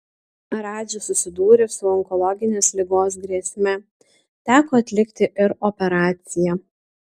radžis susidūrė su onkologinės ligos grėsme teko atlikti ir operaciją